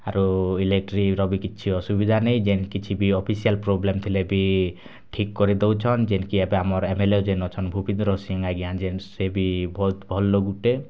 ଆରୁ ଇଲେକ୍ଟ୍ରିର ବି କିଛି ଅସୁବିଧା ନାଇଁ ଯେନ୍ କିଛି ବି ଅଫିସିଆଲ୍ ପ୍ରୋବଲେମ୍ ଥିଲେ ବି ଠିକ୍ କରି ଦଉଛନ୍ ଯେନ୍କି ଏବେ ଆମର୍ ଏମ୍ ଏଲ୍ ଏ ଯେନ୍ ଅଛନ୍ ଭୂପିନ୍ଦର୍ ସିଂ ଆଜ୍ଞା ଯେନ୍ ସେ ବି ବହୁତ୍ ଭଲ୍ ଲୋକ୍ ଗୁଟେ